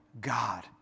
God